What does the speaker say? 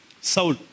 Saul